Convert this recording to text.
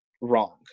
wrong